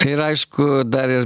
ir aišku dar ir